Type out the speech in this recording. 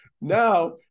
now